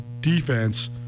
defense